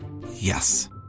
Yes